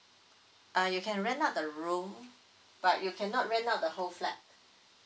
uh you can rent out the room but you cannot rent out the whole flat